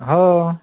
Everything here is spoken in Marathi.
हो